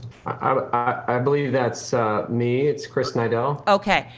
i believe that's me. it's chris nidel. okay.